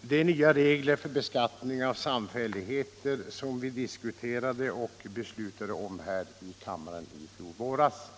de nya regler för beskattning av samfälligheter som vi diskuterade och beslutade om här i kammaren i fjol våras.